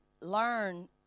learn